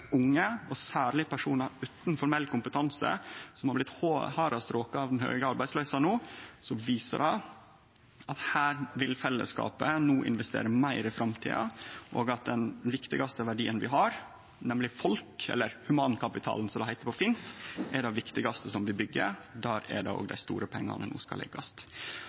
unge og personar utan formell kompetanse som har blitt hardast råka av den høge arbeidsløysa no, viser det at her vil fellesskapet no investere meir i framtida, og at den viktigaste verdien vi har, nemleg folk, eller humankapitalen, som det heiter på fint, er det viktigaste vi byggjer. Der er det òg dei store pengane no skal